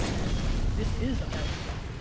this is this is america.